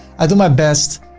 i do my best.